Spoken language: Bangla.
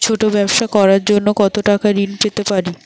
ছোট ব্যাবসা করার জন্য কতো টাকা ঋন পেতে পারি?